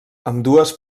ambdues